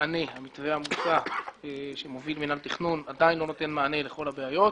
המתווה שמוביל מינהל התכנון עדיין אינו נותן מענה לכל הבעיות.